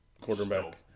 quarterback